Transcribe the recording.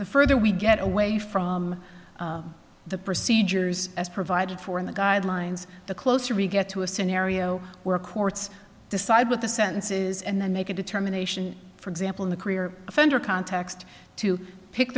further we get away from the procedures as provided for in the guidelines the closer we get to a scenario where courts decide what the sentences and then make a determination for example in the career offender context to pick